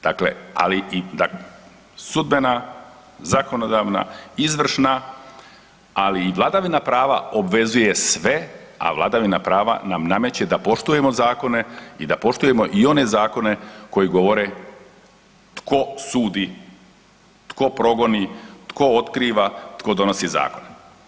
Dakle, ali i da sudbena, zakonodavna, izvršna, ali i vladavina prava obvezuje sve, a vladavina prava nam nameće da poštujemo zakone i da poštujemo i one zakone koji govore tko sudi, tko progoni, tko otkriva, tko donosi zakone.